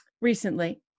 recently